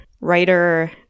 writer